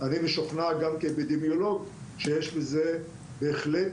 אני משוכנע גם כאפידמיולוג שיש לזה בהחלט